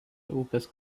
upės